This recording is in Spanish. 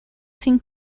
sin